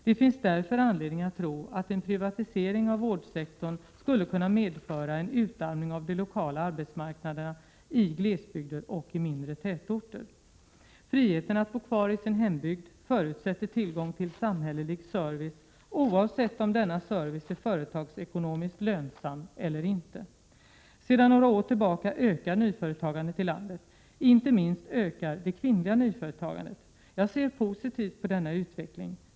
Det finns därför anledning att tro att en privatisering av vårdsektorn skulle kunna medföra en utarmning av de lokala arbetsmarknaderna i glesbygder och i mindre tätorter. Friheten att bo kvar i sin hembygd förutsätter tillgång till samhällelig service oavsett om denna service är företagsekonomiskt lönsam eller inte. Sedan några år tillbaka ökar nyföretagandet i landet. Inte minst ökar det kvinnliga nyföretagandet. Jag ser positivt på denna utveckling.